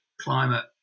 climate